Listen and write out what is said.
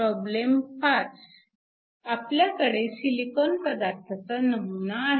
problem 5 आपल्याकडे silicon पदार्थाचा नमुना आहे